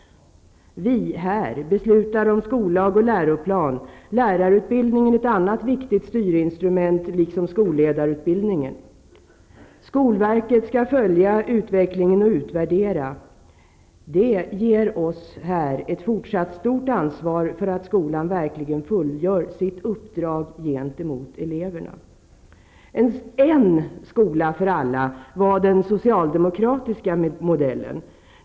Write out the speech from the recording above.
Vi här beslutar om skollag och läroplan. Lärarutbildningen är ett annat viktigt styrinstrument, liksom skolledarutbildningen. Skolverket skall följa utvecklingen och utvärdera. Det ger oss ett fortsatt stort ansvar för att skolan verkligen fullgör sitt uppdrag gentemot eleverna. En skola för alla var den socialdemokratiska modellen.